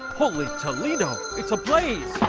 holy toledo. it's a place.